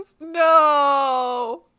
no